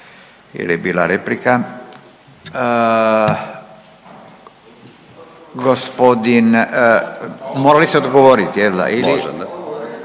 jer je bila replika. Gospodin, morali ste odgovorit jel da